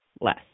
less